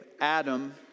Adam